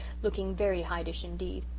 looking very hydeish indeed.